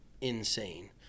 insane